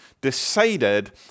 decided